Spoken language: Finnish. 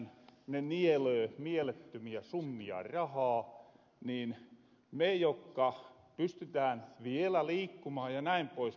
kun ne nielöö mielettömiä summia rahaa niin me jokka pystytään vielä liikkumaan jnp